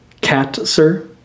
Cat-sir